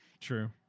True